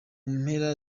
mpera